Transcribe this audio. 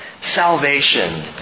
salvation